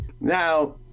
now